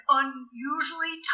unusually